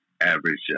Average